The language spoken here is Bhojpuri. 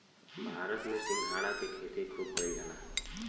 भारत में सिंघाड़ा के खेती खूब कईल जाला